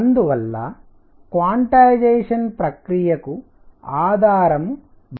అందువల్ల క్వాన్టైజేషన్ ప్రక్రియ కు ఆధారం బలం చేకూరుతుంది మరియు ఆ తరువాత అక్కడ నుండి మొదలుపెడుతాం